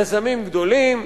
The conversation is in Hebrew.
יזמים גדולים,